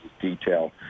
detail